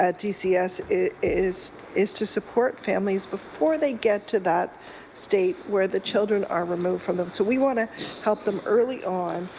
ah dcs is is to support families before they get to that state where the children are removed from them. so we want to help them early on.